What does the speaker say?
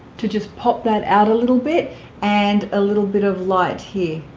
to just pop that out a little bit and a little bit of light here